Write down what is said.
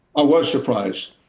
i was surprised.